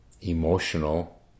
emotional